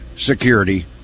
Security